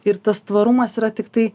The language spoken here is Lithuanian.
ir tas tvarumas yra tiktai